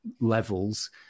levels